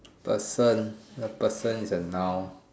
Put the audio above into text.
person a person is a noun